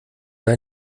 oder